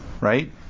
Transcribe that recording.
Right